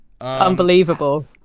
Unbelievable